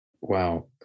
wow